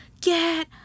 get